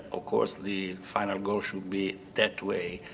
of course the final goal should be that way.